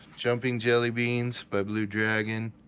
jumping jelly beans by blue dragon,